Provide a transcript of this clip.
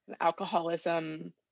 Alcoholism